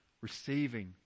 receiving